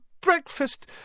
breakfast